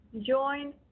Join